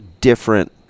different